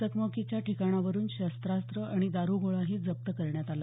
चकमकीच्या ठिकाणावरून शस्तास्त्रं आणि दारूगोळाही जप्त करण्यात आला